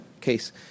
case